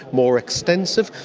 more extensive.